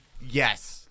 Yes